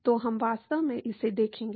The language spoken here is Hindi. तो हम वास्तव में इसे देखेंगे